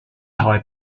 tai